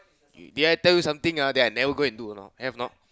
did I tell you something ah then I never go and do or not have not